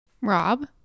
Rob